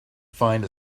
find